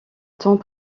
temps